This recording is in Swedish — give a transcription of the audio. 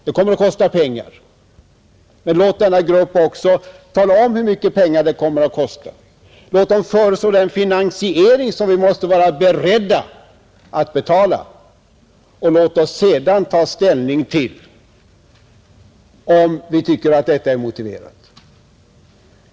Det kommer att kosta pengar, men låt denna grupp också tala om hur mycket pengar det kommer att kosta, Låt gruppen föreslå den finiansering som vi måste vara beredda att svara för och låt oss sedan ta ställning til! gruppens förslag.